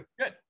Good